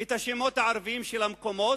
את השמות הערביים של המקומות.